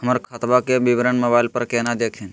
हमर खतवा के विवरण मोबाईल पर केना देखिन?